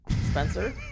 Spencer